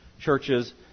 churches